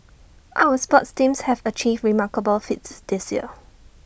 our sports teams have achieved remarkable feats this year